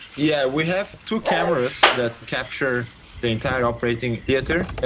yeah we have two cameras that capture the entire operating theatre.